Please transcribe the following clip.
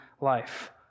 life